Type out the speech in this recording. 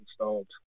installed